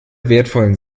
wertvollen